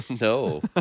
No